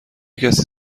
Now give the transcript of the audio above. کسی